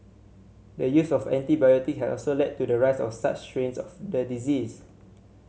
the use of antibiotic has also led to the rise of such strains of the disease